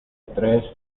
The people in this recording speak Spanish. tres